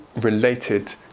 related